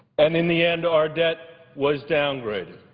and in the end, our debt was downgraded.